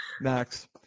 Max